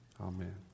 amen